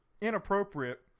inappropriate